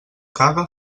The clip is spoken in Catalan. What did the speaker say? caga